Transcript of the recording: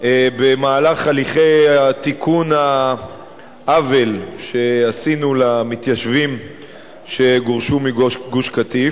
במהלך הליכי תיקון העוול שעשינו למתיישבים שגורשו מגוש-קטיף.